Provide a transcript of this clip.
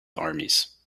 armies